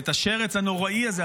ואת השרץ הנוראי הזה,